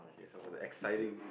it sounds like exciting